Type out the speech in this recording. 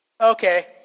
Okay